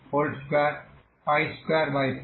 n n22n1224L2